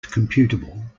computable